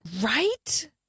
Right